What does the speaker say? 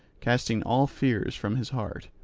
casting all fears from his heart.